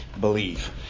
believe